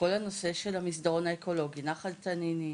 כל הנושא של המסדרון האקולוגי ונחל תנינים,